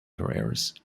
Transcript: careers